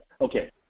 Okay